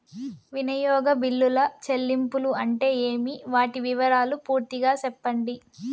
వినియోగ బిల్లుల చెల్లింపులు అంటే ఏమి? వాటి వివరాలు పూర్తిగా సెప్పండి?